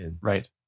right